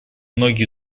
многие